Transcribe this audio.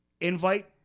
Invite